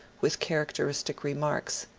with characteristic remarks.